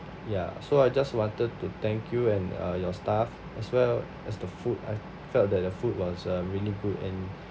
ya so I just wanted to thank you and uh your staff as well as the food I felt that the food was uh really good and